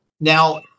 Now